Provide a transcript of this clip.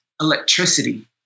electricity